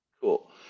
Cool